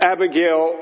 Abigail